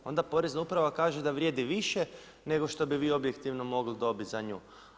Onda porezna uprava kaže da vrijedi više nego što bi vi objektivno mogli dobiti za nju.